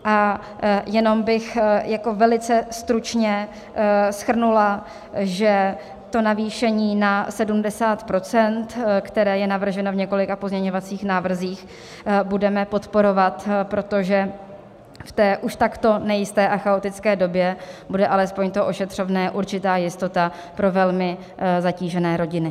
A jenom bych velice stručně shrnula, že to navýšení na 70 %, které je navrženo v několika pozměňovacích návrzích, budeme podporovat, protože v té už takto nejisté a chaotické době bude alespoň to ošetřovné určitá jistota pro velmi zatížené rodiny.